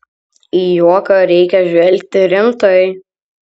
į juoką reikia žvelgti rimtai